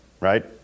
right